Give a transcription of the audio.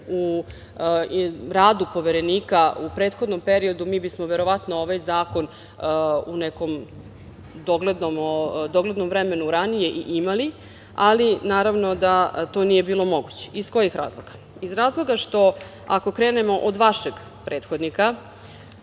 u radu Poverenika u prethodnom periodu, mi bismo verovatno ovaj zakon u nekom doglednom vremenu ranije i imali. Ali, naravno da to nije bilo moguće. Iz kojih razloga? Iz razloga što ako krenemo od vašeg prethodnika,